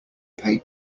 pay